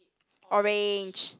orange